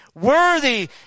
Worthy